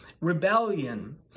rebellion